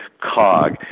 cog